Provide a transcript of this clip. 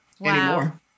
anymore